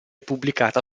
pubblicata